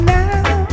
now